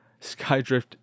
Skydrift